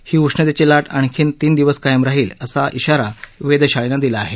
ही उष्णतेची लाट आणखीन तीन दिवस कायम राहील असा श्राारा वेधशाळेनं दिला आहे